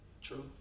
True